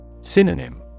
Synonym